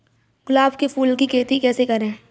गुलाब के फूल की खेती कैसे करें?